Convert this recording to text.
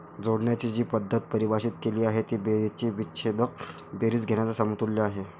जोडण्याची जी पद्धत परिभाषित केली आहे ती बेरजेची विच्छेदक बेरीज घेण्याच्या समतुल्य आहे